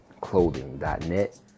Clothing.net